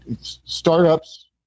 startups